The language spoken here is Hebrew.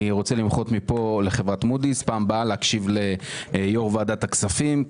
אני רוצה לפנות מפה לחברת מודי'ס - פעם הבאה להקשיב ליו"ר ועדת הכספים.